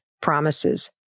promises